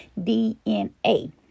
DNA